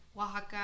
Oaxaca